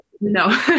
no